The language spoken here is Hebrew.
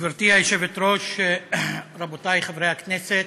גברתי היושבת-ראש, רבותי חברי הכנסת,